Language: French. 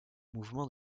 mouvement